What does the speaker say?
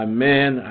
Amen